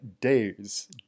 days